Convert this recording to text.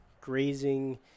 grazing